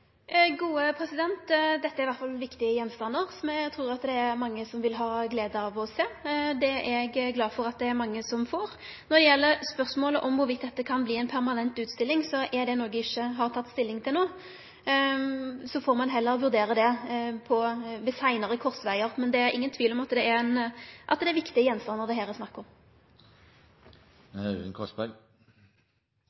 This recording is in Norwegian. Dette er viktige gjenstandar, som eg trur det er mange som vil ha glede av å sjå. Det er eg glad for at det er mange som får. Når det gjeld spørsmålet om det kan verte ei permanent utstilling, er det noko eg ikkje har teke stilling til no. Så får ein heller vurdere det ved seinare korsvegar. Men det er ingen tvil om at det er viktige gjenstandar det her er snakk om. Jeg har hørt mange budsjettdebatter i denne salen, men jeg må si at det er